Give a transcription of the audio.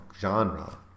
genre